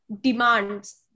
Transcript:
demands